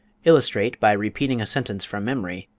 illustrate, by repeating a sentence from memory,